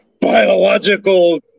biological